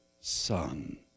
son